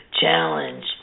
challenge